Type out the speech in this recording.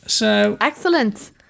Excellent